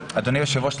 אבל אדוני היושב-ראש,